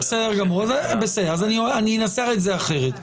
אני אנסח את זה אחרת.